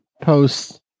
posts